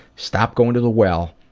stop going to the well.